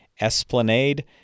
Esplanade